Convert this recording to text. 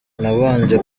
nabanje